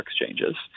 exchanges